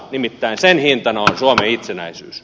nimittäin sen hintana on suomen itsenäisyys